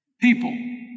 People